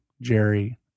Jerry